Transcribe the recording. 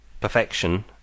perfection